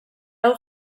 hau